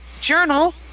Journal